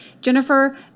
Jennifer